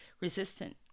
resistant